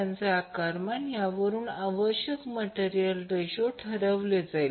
त्याचप्रमाणे थ्री फेजसाठी R rho l pi r 2 असेल